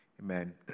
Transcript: Amen